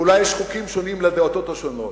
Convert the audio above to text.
ואולי יש חוקים שונים לדתות השונות.